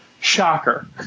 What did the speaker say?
Shocker